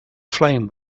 flame